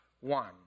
one